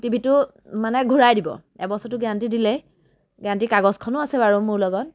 মোক টিভিটো মানে ঘূৰাই দিব এবছৰৰতো গেৰেন্টি দিলেই গেৰেন্টিৰ কাগজখনো আছে বাৰু মোৰ লগত